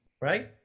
Right